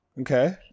Okay